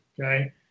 Okay